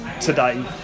today